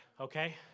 Okay